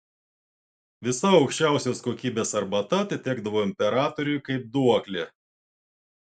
visa aukščiausios kokybės arbata atitekdavo imperatoriui kaip duoklė